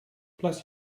bless